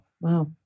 Wow